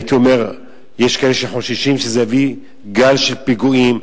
יש כאלה שחוששים שזה יביא גל של פיגועים,